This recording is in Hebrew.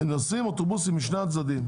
נוסעים אוטובוסים משני הצדדים.